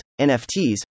NFTs